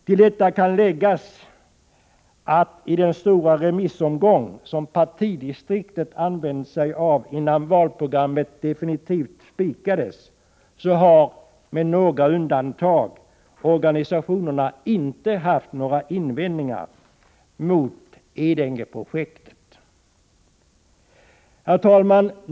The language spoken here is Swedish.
Till detta kan läggas att i den stora remissomgången innan valprogrammet definitivt spikades, vilken partidistriktet åberopar, har med några få undantag inga organisationer haft några invändningar mot Edängeprojektet. Herr talman!